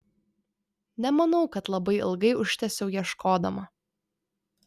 nemanau kad labai ilgai užtęsiau ieškodama